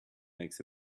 makes